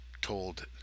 told